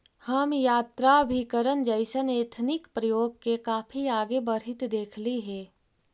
हम यात्राभिकरण जइसन एथनिक उद्योग के काफी आगे बढ़ित देखली हे